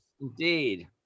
indeed